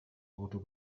auto